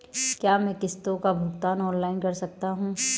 क्या मैं किश्तों का भुगतान ऑनलाइन कर सकता हूँ?